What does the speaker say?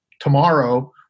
tomorrow